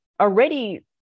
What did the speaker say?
already